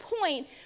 point